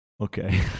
Okay